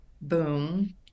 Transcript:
boom